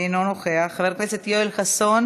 אינו נוכח, חבר הכנסת יואל חסון